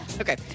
Okay